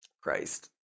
Christ